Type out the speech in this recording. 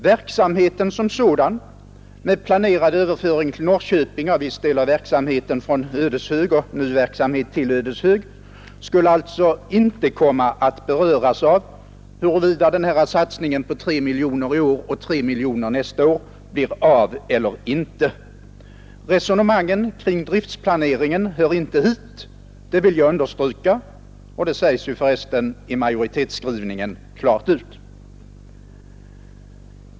Verksamheten som sådan, med planerad överföring från Ödeshög till Norrköping av viss del av verksamheten och av ny verksamhet till Ödeshög, skulle alltså inte komma att beröras av huruvida den här satsningen på 3 miljoner i år och 3 miljoner nästa år blir av eller inte. Resonemangen kring driftplaneringen hör inte hit, det vill jag understryka och det sägs för resten i majoritetsskrivningen klart ut.